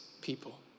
people